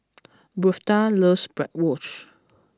Birtha loves Bratwurst